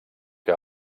que